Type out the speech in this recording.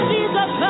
Jesus